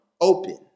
open